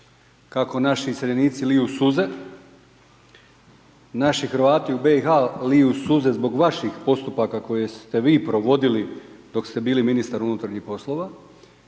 kako naši iseljenici liju suze. Naši Hrvati u BiH liju suze zbog vaših postupaka koje ste vi provodili dok ste bili ministar unutarnjih poslova.